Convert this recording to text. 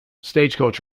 stagecoach